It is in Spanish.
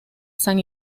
san